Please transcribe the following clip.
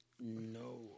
No